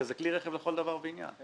הרי זה כלי רכב לכל דבר ועניין.